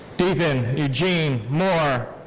dethan eugene moore.